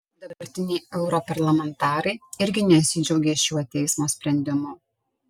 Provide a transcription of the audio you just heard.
dabartiniai europarlamentarai irgi nesidžiaugė šiuo teismo sprendimu